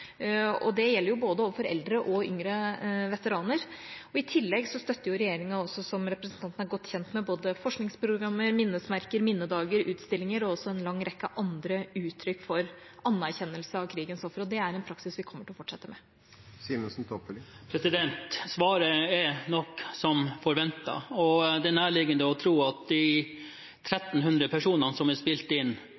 og det gjelder overfor både eldre og yngre veteraner. I tillegg støtter regjeringa, som representanten er godt kjent med, både forskningsprogrammer, minnesmerker, minnedager, utstillinger og en lang rekke andre uttrykk for anerkjennelse av krigens ofre, og det er en praksis vi kommer til å fortsette med. Svaret er nok som forventet. Det er nærliggende å tro at de